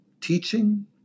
teaching